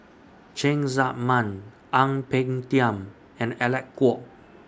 Cheng Tsang Man Ang Peng Tiam and Alec Kuok